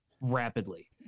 rapidly